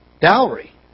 Dowry